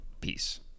peace